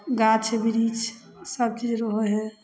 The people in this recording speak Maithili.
गाछ बिरिछसब चीज रहै हइ